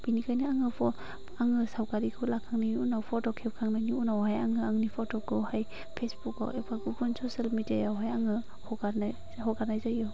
बिनिखायनो आङो आङो सावगारिखौ लाखांनायनि उनाव फट' खेबखांनायनि उनावहाय आङो आंनि फटकखौहाय फेसबुकआव गुबुन गुबुन ससेल मेदिया यावहाय आङो हगारनो हगारनाय जायो